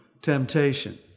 Temptation